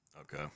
Okay